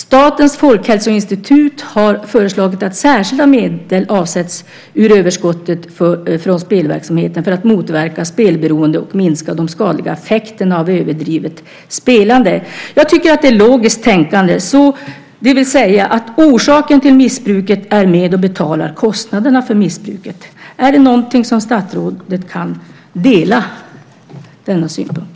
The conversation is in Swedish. Statens folkhälsoinstitut har föreslagit att särskilda medel avsätts av överskottet från spelverksamheten för att motverka spelberoende och minska de skadliga effekterna av överdrivet spelande. Jag tycker att det är ett logiskt tänkande, det vill säga att orsaken till missbruket är med och betalar kostnaderna för missbruket. Kan statsrådet dela denna synpunkt?